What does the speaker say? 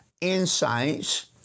insights